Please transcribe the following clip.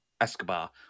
Escobar